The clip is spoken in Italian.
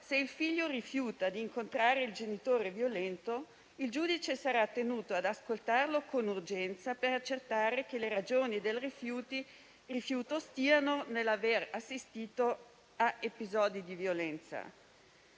se il figlio rifiuta di incontrare il genitore violento, il giudice sarà tenuto ad ascoltarlo con urgenza per accertare che le ragioni del rifiuto stiano nell'aver assistito a episodi di violenza.